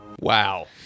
Wow